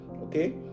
okay